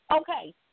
Okay